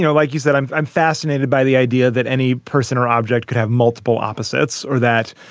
you know like you said, i'm i'm fascinated by the idea that any person or object could have multiple opposites or that,